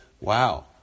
Wow